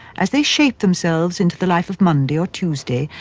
as they shape themselves into the life of monday or tuesday,